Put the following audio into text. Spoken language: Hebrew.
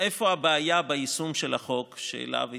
איפה הבעיה ביישום של החוק שאליו התייחסתם?